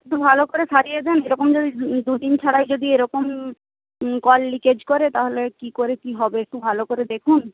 একটু ভালো করে সারিয়ে দিন এরকম যদি দুদিন ছাড়াই যদি এরকম কল লিকেজ করে তাহলে কী করে কী হবে একটু ভালো করে দেখুন